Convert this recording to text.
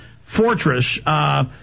fortress